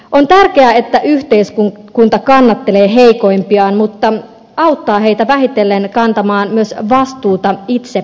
on tärkeää että yhteiskunta kannattelee heikoimpiaan mutta auttaa heitä vähitellen kantamaan myös vastuuta itse itsestään